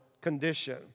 condition